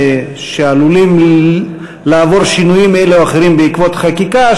שעלולים לעבור שינויים אלה או אחרים בעקבות חקיקה,